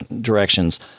directions